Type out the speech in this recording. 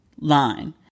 line